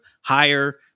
higher